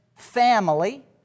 family